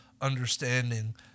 understanding